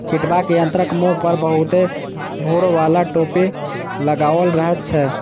छिटबाक यंत्रक मुँह पर बहुते भूर बाला टोपी लगाओल रहैत छै